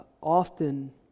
often